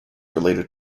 related